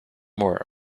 more